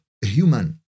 human